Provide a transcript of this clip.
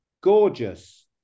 gorgeous